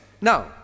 now